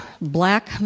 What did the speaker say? black